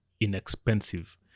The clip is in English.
inexpensive